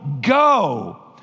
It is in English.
go